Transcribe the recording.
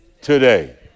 today